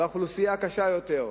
באוכלוסייה הקשה יותר,